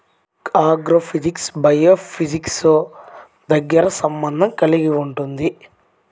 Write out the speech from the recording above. agrophysics బయోఫిజిక్స్తో దగ్గరి సంబంధం కలిగి ఉంటుంది